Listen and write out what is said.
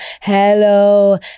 Hello